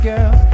Girl